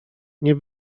nie